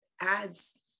adds